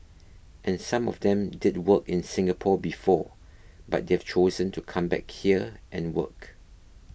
and some of them did work in Singapore before but they've chosen to come back here and work